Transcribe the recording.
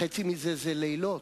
חצי מזה זה לילות,